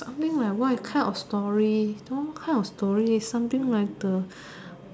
something like what kind of story don't know what kind of story something like a